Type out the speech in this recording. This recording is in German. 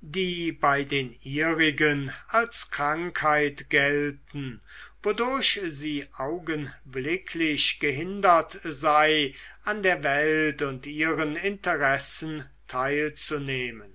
die bei den ihrigen als krankheit gelten wodurch sie augenblicklich gehindert sei an der welt und ihren interessen teilzunehmen